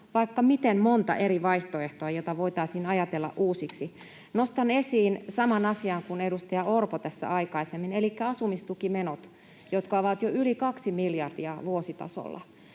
vaikka miten monta eri vaihtoehtoa, joita voitaisiin ajatella uusiksi. Nostan esiin saman asian kuin edustaja Orpo tässä aikaisemmin elikkä asumistukimenot, jotka ovat jo yli 2 miljardia vuositasolla,